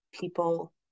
people